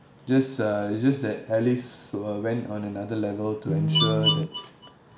just uh just that alice w~ went on another level to ensure that